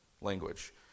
language